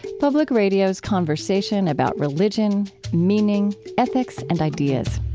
public radio's conversation about religion, meaning, ethics, and ideas.